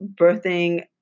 birthing